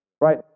Right